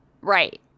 Right